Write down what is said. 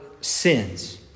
sins